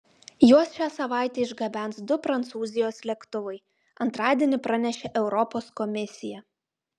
juos šią savaitę išgabens du prancūzijos lėktuvai antradienį pranešė europos komisija